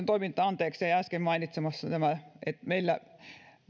toimintaa anteeksi jäi veikkauksen toiminnasta äsken mainitsematta että meillä